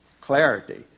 Clarity